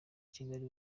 kigali